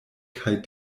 kaj